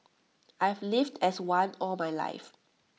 I've lived as one all my life